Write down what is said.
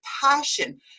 passion